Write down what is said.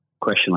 question